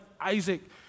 Isaac